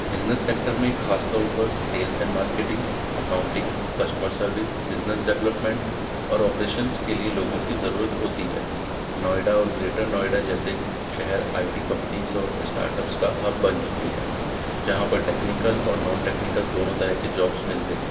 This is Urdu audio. بزنس سیکٹر میں خاص طور پر sales and marketing accounting customer service business development اور آپریشنس کے لیے لوگوں کی ضرورت ہوتی ہے نوئیڈا اور گریٹر نوئیڈا جیسے شہر آئی ٹی کمپنیز اور اسٹارٹپس کا ہب بن چکے ہیں جہاں پر ٹیکنیکل اور نان ٹیکنیکل دونوں طرح کے جابس ملتے ہیں